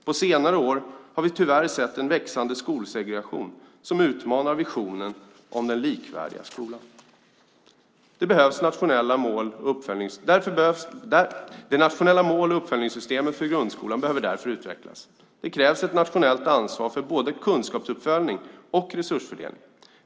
På senare år har vi tyvärr sett en växande skolsegregation som utmanar visionen om den likvärdiga skolan. Det nationella mål och uppföljningssystemet för grundskolan behöver därför utvecklas. Det krävs ett nationellt ansvar för både kunskapsuppföljning och resursfördelning.